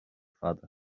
fada